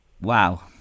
Wow